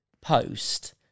post